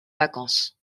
vacances